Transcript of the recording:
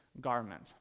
garment